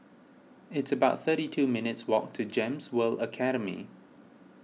it's about thirty two minutes' walk to Gems World Academy